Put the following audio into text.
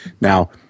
Now